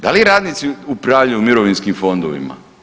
Da li radnici upravljaju mirovinskim fondovima?